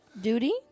duty